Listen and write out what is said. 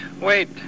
wait